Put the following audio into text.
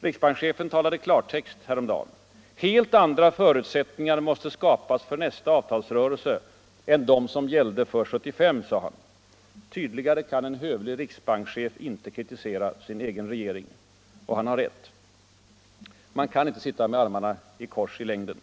Riksbankschefen talade klartext häromdagen, då han sade: ”Helt andra förutsättningar måste skapas för nästa avtalsrörelse än de som gällde för 1975.” Tydligare kan en hövlig riksbankschef inte kritisera sin egen regering. Och han har rätt. Regering och statsmakter kan inte sitta med armarna i kors i längden.